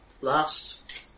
last